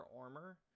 armor